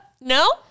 No